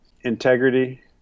integrity